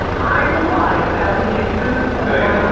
i will buy a thousand cases of a wine called